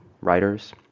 writers